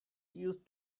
used